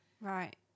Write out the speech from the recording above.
right